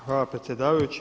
Hvala predsjedavajući.